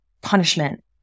punishment